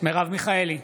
מרב מיכאלי,